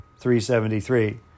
373